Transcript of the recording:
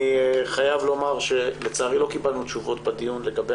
אני חייב לומר שלצערי לא קיבלנו תשובות בדיון לגבי